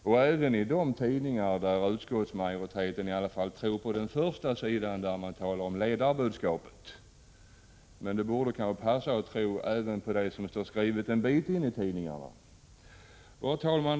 Det står också i tidningar som utskottsmajoriteten har tilltro till åtminstone när det gäller ledarbudskapet — det finns anledning att tro även på det som står skrivet en bit in i tidningarna. Herr talman!